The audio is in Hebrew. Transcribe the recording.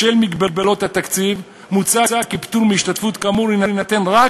בשל מגבלות התקציב מוצע כי פטור מהשתתפות כאמור יינתן רק